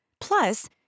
Plus